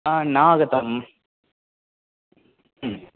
हा न आगतं